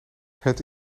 het